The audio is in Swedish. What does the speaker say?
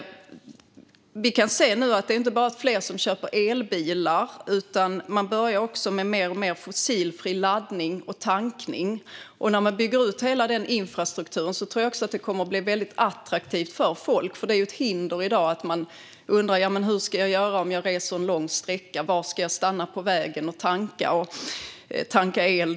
Vi kan nu se att det inte bara är fler som köper elbilar. Man börjar också mer och mer med fossilfri laddning och tankning. När hela den infrastrukturen byggs ut tror jag att detta kommer att bli attraktivt för folk. Det är i dag ett hinder att man undrar hur man ska göra om man reser en lång sträcka. Var ska jag stanna på vägen och till exempel tanka el?